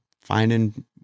finding